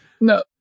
No